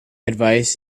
advice